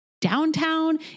downtown